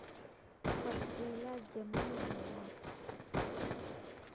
पथरीला जमीन होला